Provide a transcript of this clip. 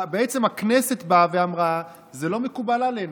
הכנסת אמרה: זה לא מקובל עלינו.